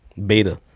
Beta